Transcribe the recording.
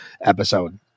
episode